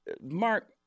Mark